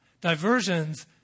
diversions